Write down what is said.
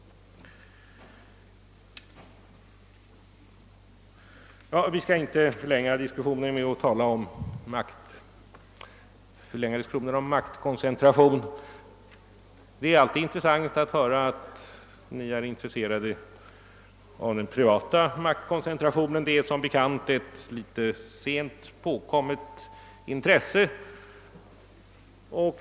Jag skall inte förlänga diskussionen om maktkoncentration. Det är alltid intressant att höra att ni inom oppositionen är intresserade av den privata maktkoncentrationen; det är som bekant ett litet sent påkommet intresse.